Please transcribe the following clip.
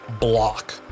block